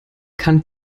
kann